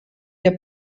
der